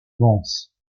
vence